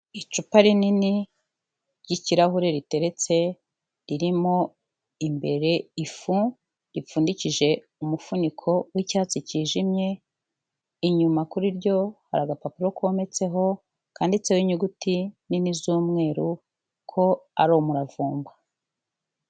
Icupa rinini ry'ikirahure riteretse ririmo imbere ifu, ripfundikije umufuniko w'icyatsi cyijimye, inyuma kuri ryo, hari agapapuro kometseho kanditseho inyuguti nini z'umweru ko ari umuravumba.